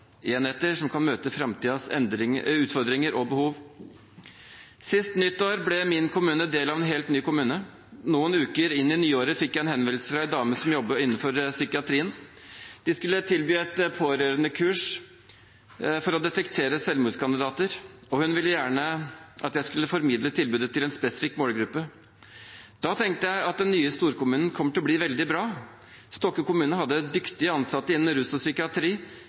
enheter som kan møte framtidens utfordringer og behov. Sist nyttår ble min kommune del av en helt ny kommune. Noen uker inn i nyåret fikk jeg en henvendelse fra en dame som jobbet innenfor psykiatrien. De skulle tilby et pårørendekurs for å detektere selvmordskandidater, og hun ville gjerne at jeg skulle formidle tilbudet til en spesifikk målgruppe. Da tenkte jeg at den nye storkommunen kommer til å bli veldig bra. Stokke kommune hadde dyktige ansatte innen rus og psykiatri,